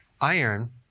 iron